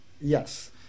Yes